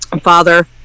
Father